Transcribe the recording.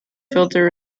filter